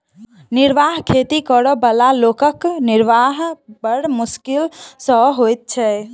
निर्वाह खेती करअ बला लोकक निर्वाह बड़ मोश्किल सॅ होइत छै